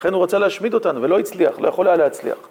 לכן הוא רצה להשמיד אותנו, ולא הצליח. לא יכול היה להצליח.